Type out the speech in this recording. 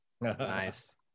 Nice